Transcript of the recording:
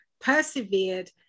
persevered